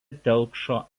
telkšo